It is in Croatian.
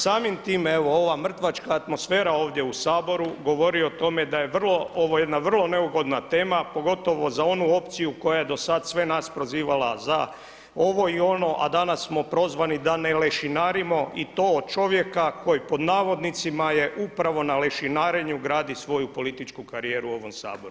Samim time evo ova mrtvačka atmosfera ovdje u Saboru govori o tome da je vrlo, da je ovo jedna vrlo neugodna tema pogotovo za onu opciju koja je do sad sve nas prozivala za ovo i ono, a danas smo prozvani da ne lešinarimo i to od čovjeka koji pod navodnicima je upravo na lešinarenju gradi svoju političku karijeru u ovom Saboru.